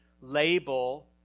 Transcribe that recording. Label